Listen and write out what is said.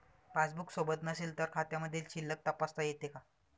Passbook सोबत नसेल तर खात्यामधील शिल्लक तपासता येते का?